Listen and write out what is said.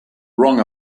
wrong